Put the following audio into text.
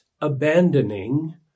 abandoning